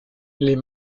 les